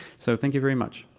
so thank you very much.